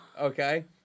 okay